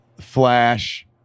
flash